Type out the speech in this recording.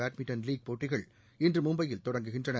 badminton league போட்டிகள் இன்று மும்பையில் தொடங்குகின்றன